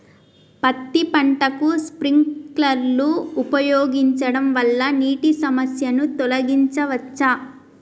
పత్తి పంటకు స్ప్రింక్లర్లు ఉపయోగించడం వల్ల నీటి సమస్యను తొలగించవచ్చా?